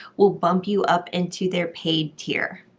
will bump you up into their paid tier.